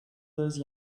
those